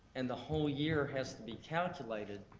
and the whole year has to be calculated.